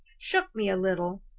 shook me a little.